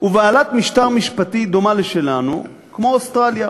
ובעלת משטר משפטי דומה לשלנו, אוסטרליה.